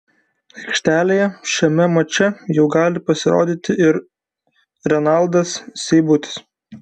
aikštėje šiame mače jau gali pasirodyti ir renaldas seibutis